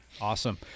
Awesome